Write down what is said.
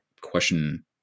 question